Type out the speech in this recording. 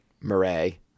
Murray